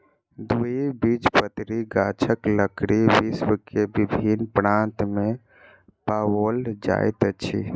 द्विबीजपत्री गाछक लकड़ी विश्व के विभिन्न प्रान्त में पाओल जाइत अछि